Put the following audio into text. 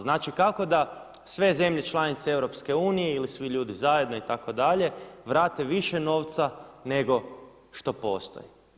Znači kako da sve zemlje članice EU ili svi ljudi zajedno itd., vrate više novca nego što postoji?